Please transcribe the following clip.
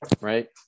Right